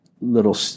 little